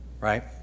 right